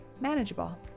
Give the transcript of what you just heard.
manageable